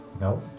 No